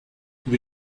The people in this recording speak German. über